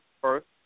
First